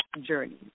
journey